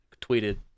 tweeted